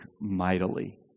mightily